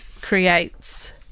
creates